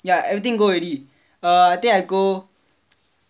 ya everything go already err I think I go